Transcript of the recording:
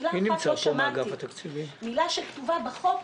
מלה אחת לא שמעתי מלה שכתובה בחוק